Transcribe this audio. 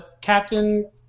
Captain